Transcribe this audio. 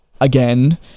again